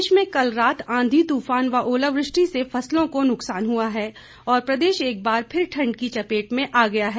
प्रदेश में कल रात आंधी तूफान व ओलावृष्टि से फसलों को नुक्सान पहुंचा है और प्रदेश एक बार फिर ठंड की चपेट में आ गया है